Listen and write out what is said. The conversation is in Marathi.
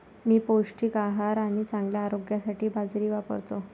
मी पौष्टिक आहार आणि चांगल्या आरोग्यासाठी बाजरी वापरतो